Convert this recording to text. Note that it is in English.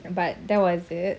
but that was it